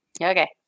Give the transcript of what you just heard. Okay